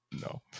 No